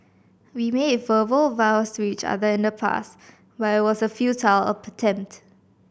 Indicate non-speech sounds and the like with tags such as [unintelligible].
we made verbal vows to each other in the past but it was a futile [unintelligible] tempt